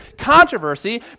controversy